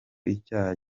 icyaha